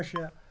Russia